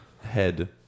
head